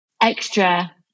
extra